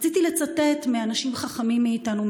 רציתי לצטט מאנשים חכמים מאיתנו,